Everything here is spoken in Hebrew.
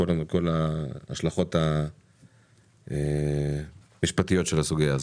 את כל ההשלכות המשפטיות של הסוגיה הזאת.